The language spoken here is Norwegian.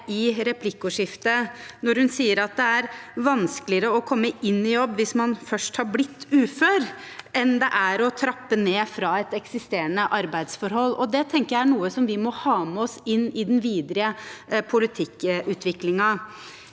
i replikkordskiftet når hun sier at det er vanskeligere å komme inn i jobb hvis man først har blitt ufør, enn det er å trappe ned fra et eksisterende arbeidsforhold. Det tenker jeg er noe som vi må ha med oss inn i den videre politikkutviklingen.